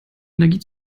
energie